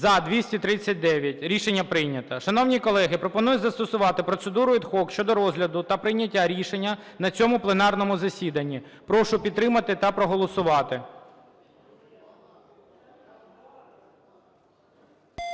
За-239 Рішення прийнято. Шановні колеги, пропоную застосувати процедуру ad hoc щодо розгляду та прийняття рішення на цьому пленарному засіданні. Прошу підтримати та проголосувати.